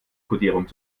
kodierung